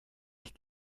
ich